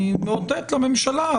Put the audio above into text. אני מאותת לממשלה,